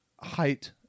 height